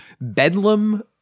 bedlam